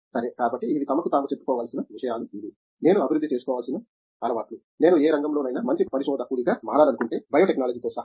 సరే కాబట్టి ఇవి తమకు తాము చెప్పుకోవలసిన విషయాలు ఇవి నేను అభివృద్ధి చేసుకోవాల్సిన అలవాట్లు నేను ఏ రంగంలోనైనా మంచి పరిశోధకుడిగా మారాలనుకుంటే బయోటెక్నాలజీతో సహా